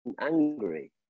angry